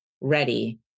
ready